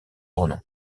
renom